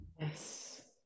Yes